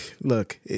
look